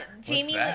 Jamie